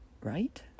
Right